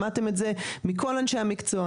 שמעתם את זה מכל אנשי המקצוע,